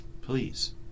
please